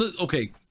okay